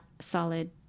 solid